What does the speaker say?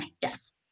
Yes